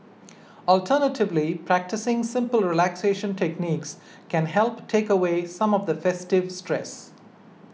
alternatively practising simple relaxation techniques can help take away some of the festive stress